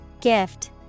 Gift